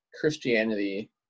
Christianity